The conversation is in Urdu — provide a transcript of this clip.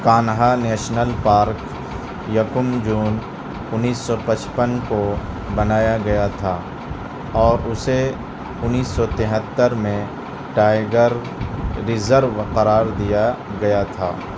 کانہا نیشنل پارک یکم جون انیس سو پچپن کو بنایا گیا تھا اور اسے انیس سو تہتر میں ٹائیگر ریزرو قرار دیا گیا تھا